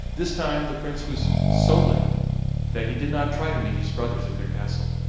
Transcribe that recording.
this time the prince was so late that he did not try to meet his brothers at their castle,